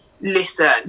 listen